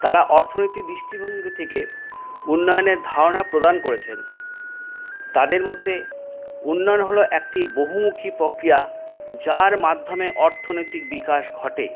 তারা অর্থনীতির দৃষ্টিভঙ্গি থেকে উন্নয়নের ধারণা প্রদান করেছেন তাদের মতে উন্নয়ন হল একটি বহুমুখী প্রক্রিয়া যার মাধ্যমে অর্থনৈতিক বিকাশ ঘটে